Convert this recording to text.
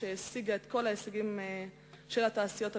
שהציגה את כל ההישגים של התעשיות הביטחוניות,